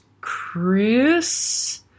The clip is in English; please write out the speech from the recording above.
Chris